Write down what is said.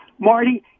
Marty